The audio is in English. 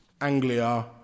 Anglia